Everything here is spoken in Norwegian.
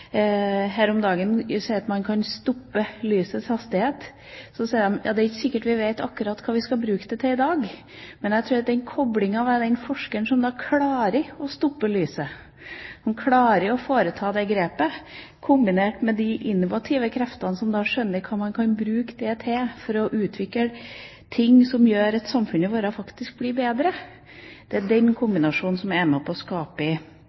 her om dagen sa at man kunne stoppe lysets hastighet, men det er ikke sikkert vi vet akkurat hva vi skal bruke det til i dag. Jeg tror at koblingen mellom den forskeren som klarer å stoppe lyset, som klarer å foreta det grepet, og de innovative kreftene som skjønner hva man kan bruke det til for å utvikle ting som gjør at samfunnet vårt faktisk blir bedre, er den kombinasjonen som er med på å skape